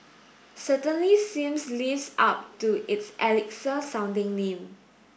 certainly seems lives up to its elixir sounding name